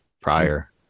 prior